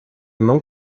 não